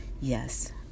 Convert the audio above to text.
yes